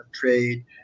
trade